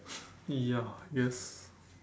ya I guess